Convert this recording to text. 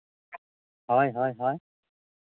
ᱦᱳᱭ ᱦᱳᱭ ᱦᱳᱭ